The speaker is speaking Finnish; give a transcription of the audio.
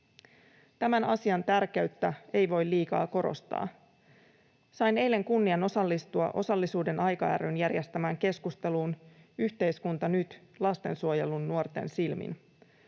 Tämän asian tärkeyttä ei voi liikaa korostaa. Sain eilen kunnian osallistua Osallisuuden aika ry:n järjestämään keskusteluun Yhteiskunta NYT — lastensuojelunuorten silmin.